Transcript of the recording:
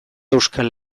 euskal